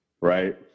right